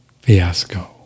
fiasco